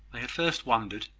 they had first wondered,